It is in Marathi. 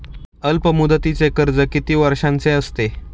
अल्पमुदतीचे कर्ज किती वर्षांचे असते?